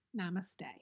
Namaste